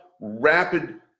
rapid